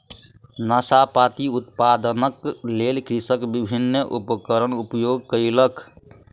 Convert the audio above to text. नाशपाती उत्पादनक लेल कृषक विभिन्न उपकरणक उपयोग कयलक